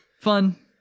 Fun